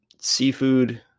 seafood